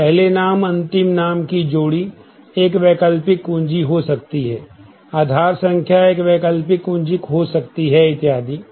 तो पहले नाम अंतिम नाम की जोड़ी एक वैकल्पिक कुंजी हो सकती है आधार संख्या एक वैकल्पिक कुंजी हो सकती है इत्यादि